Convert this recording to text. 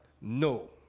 No